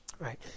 Right